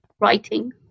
writing